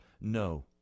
no